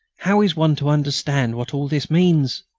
how is one to understand what all this means?